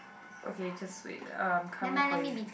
okay just wait uh I'm coming for you